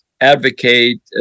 advocate